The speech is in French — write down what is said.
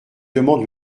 demande